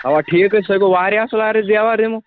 اَوا ٹھیٖکَے سُے گوٚو واریاہ اَصٕل اگرٕے أسۍ دٮ۪وار دِمو